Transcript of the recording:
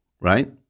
right